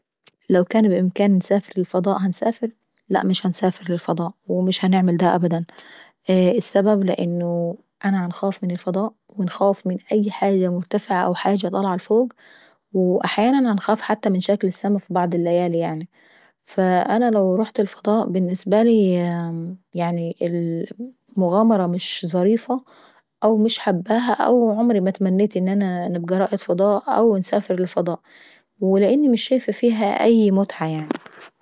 لو بإمكاني انسافر للفضاء هنسافر؟ لاء مش هنسافر للفضاء دا أبدا. السبب لأنه انا باخاف من الفضاءوباخاف من أي حاجة مرتفعة واي حاجة طالعة لفوق. واحيانا حتى باخاف من شكل السما في بعض اللليالي يعني. فانا لو رحت الفضاء بالنسبة لي يعني المغامرة او مش حباها او عمري ما تمنيت ان انا نبقى رائد فضاء او انسافر للفضاء. ولاني مش شايفة فيها اي متعة.